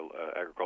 agriculture